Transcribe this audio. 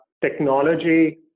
Technology